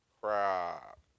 Crap